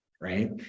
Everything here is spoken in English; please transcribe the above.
right